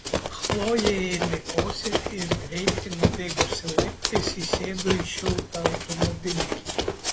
chlojė ėmė kosėti ir greitai nubėgusi laiptais įsėdo į šiltą automobilį